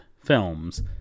films